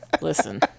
listen